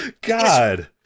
God